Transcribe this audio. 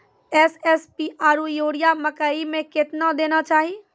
SSP आरु urea मकई मे कितना देना चाहिए?